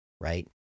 right